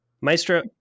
Maestro